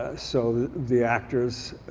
ah so the actors